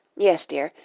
yes, dear,